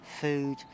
food